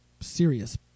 serious